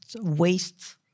waste